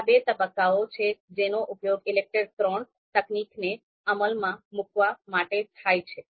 ત્યાં બે તબક્કાઓ છે જેનો ઉપયોગ ઈલેકટેર III તકનીકને અમલમાં મૂકવા માટે થાય છે